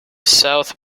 south